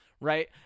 right